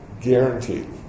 guaranteed